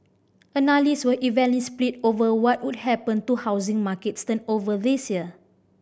analyst were evenly split over what would happen to housing markets turnover this year